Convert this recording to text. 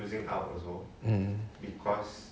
mm